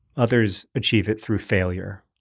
others achieve it through failure.